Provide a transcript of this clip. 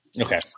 Okay